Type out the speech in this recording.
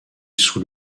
sous